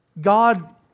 God